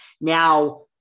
Now